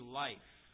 life